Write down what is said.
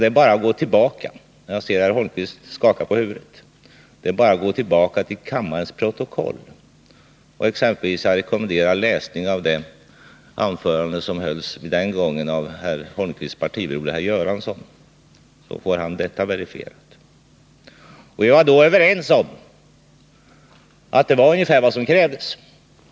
Det är bara att gå tillbaka — jag ser att herr Holmqvist skakar på huvudet — till kammarens protokoll. Jag kan rekommendera läsning av exempelvis ett anförande som vid det tillfället hölls av herr Holmqvists partibroder, Olle Göransson, så får herr Holmqvist det verifierat. Vi var då överens om att det var ungefär vad som krävdes.